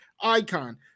icon